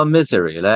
Misery